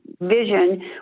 vision